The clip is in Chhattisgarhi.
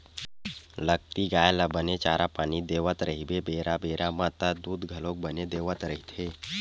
लगती गाय ल बने चारा पानी देवत रहिबे बेरा बेरा म त दूद घलोक बने देवत रहिथे